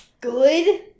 good